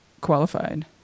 qualified